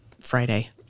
Friday